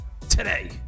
today